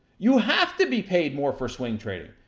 you have to be paid more for swing trading.